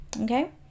Okay